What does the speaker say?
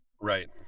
right